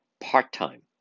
part-time